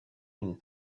une